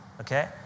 Okay